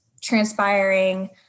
transpiring